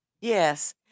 Yes